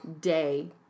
day